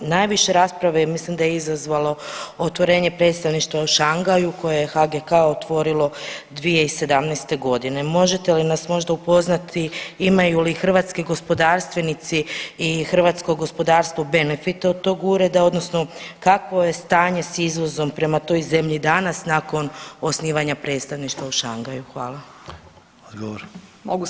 Najviše rasprave mislim da je izazvalo otvorenje predstavništva u Šangaju koju je HGK otvorilo 2017. g. Možete li nas možda upoznati imaju li hrvatski gospodarstvenici i hrvatsko gospodarstvo benefite od tog Ureda, odnosno kakvo je stanje s izvozom prema toj zemlji danas nakon osnivanja predstavništva u Šangaju?